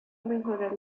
mejorar